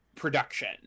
production